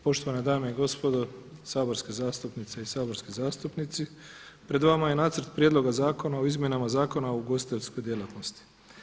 Poštovane dame i gospodo saborske zastupnice i saborski zastupnici pred vama je nacrt prijedloga Zakona o izmjenama Zakona o ugostiteljskoj djelatnosti.